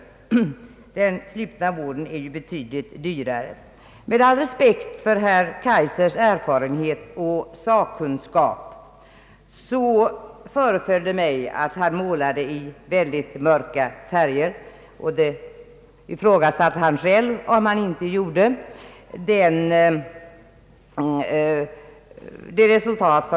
Den slutna vården är betydligt dyrare än den öppna. Med all respekt för herr Kaijsers erfarenhet och sakkunskap föreföll det mig som om han målade reformen i synnerligen mörka färger. Han ifrågasatte själv om inte så var fallet.